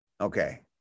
Okay